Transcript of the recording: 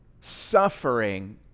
suffering